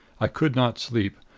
i could not sleep.